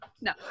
no